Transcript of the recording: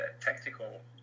tactical